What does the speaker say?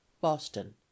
boston